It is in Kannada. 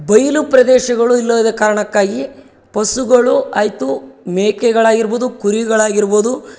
ಬಯಲು ಪ್ರದೇಶಗಳು ಇಲ್ಲೊಯ್ದ ಕಾರಣಕ್ಕಾಗಿ ಪಶುಗಳು ಆಯಿತು ಮೇಕೆಗಳಾಗಿರ್ಬೋದು ಕುರಿಗಳಾಗಿರ್ಬೋದು